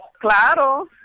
Claro